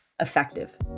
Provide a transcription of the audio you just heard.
effective